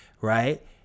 right